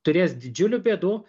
turės didžiulių bėdų